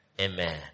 Amen